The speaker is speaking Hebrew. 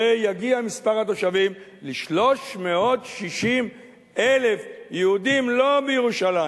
ויגיע מספר התושבים ל-360,000 יהודים לא בירושלים,